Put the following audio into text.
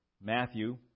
Matthew